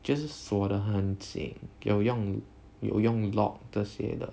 就是锁的很紧有用有用 lock 这些的